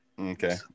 Okay